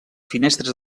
finestres